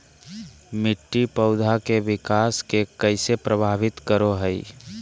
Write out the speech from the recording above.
मिट्टी पौधा के विकास के कइसे प्रभावित करो हइ?